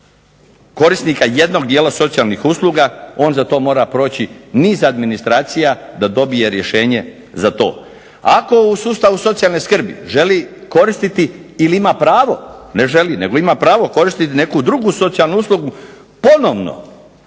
korisnika jednog dijela socijalnih usluga on za to mora proći niz administracija da dobije rješenje za to. Ako u sustavu socijalne skrbi želi koristiti ili ima pravo, ne želi nego ima pravo koristiti neku drugu socijalnu uslugu ponovno